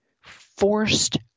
forced